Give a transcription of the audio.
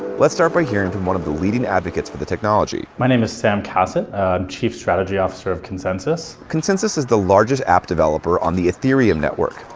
let's start by hearing from one of the leading advocates for the technology. my name is sam cassatt, i'm chief strategy officer of consensys. consensys is the largest app developer on the ethereum network,